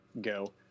go